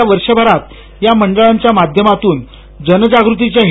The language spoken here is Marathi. येत्या वर्षाभरात या मंडळांच्याा माध्यसमातून जनजागृतीच्या